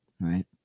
right